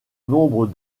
nombre